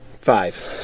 Five